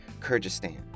Kyrgyzstan